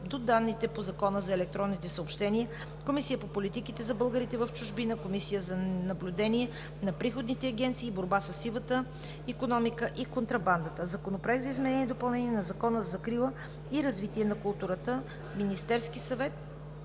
до данните по Закона за електронните съобщения, Комисията по политиките за българите в чужбина и Комисията за наблюдение на приходните агенции и борба със сивата икономика и контрабандата. Законопроект за изменение и допълнение на Закона за закрила и развитие на културата. Вносител